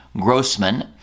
Grossman